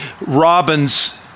Robin's